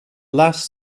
last